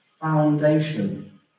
foundation